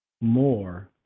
more